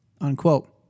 unquote